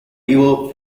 duo